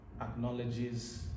acknowledges